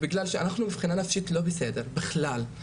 בגלל שאנחנו מבחינה נפשית לא בסדר בכלל.